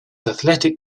athletic